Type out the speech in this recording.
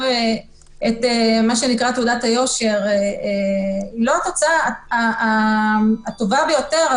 את מה שנקרא תעודת יושר היא לא התוצאה הטובה ביותר,